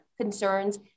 concerns